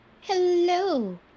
Hello